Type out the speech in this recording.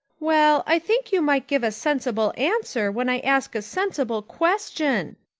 well, i think you might give a sensible answer when i ask a sensible question,